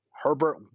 Herbert